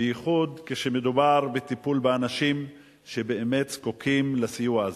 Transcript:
בייחוד כשמדובר בטיפול באנשים שבאמת זקוקים לסיוע הזה,